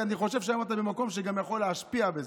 אני חושב שהיום אתה במקום שאתה גם יכול להשפיע על זה,